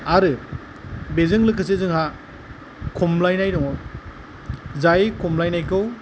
आरो बेजों लोगोसे जोंहा खमलायनाय दङ जाय खमलायनायखौ